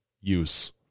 use